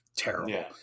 terrible